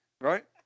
Right